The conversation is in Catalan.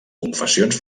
confessions